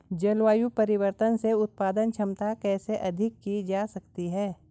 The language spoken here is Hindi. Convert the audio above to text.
जलवायु परिवर्तन से उत्पादन क्षमता कैसे अधिक की जा सकती है?